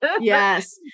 Yes